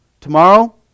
Tomorrow